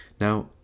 now